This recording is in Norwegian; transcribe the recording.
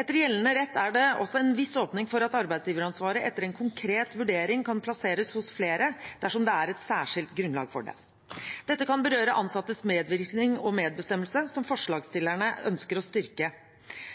Etter gjeldende rett er det også en viss åpning for at arbeidsgiveransvaret etter en konkret vurdering kan plasseres hos flere dersom det er et særskilt grunnlag for det. Dette kan berøre ansattes medvirkning og medbestemmelse, som forslagsstillerne ønsker å styrke.